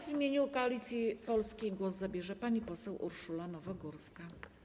W imieniu Koalicji Polskiej głos zabierze pani poseł Urszula Nowogórska.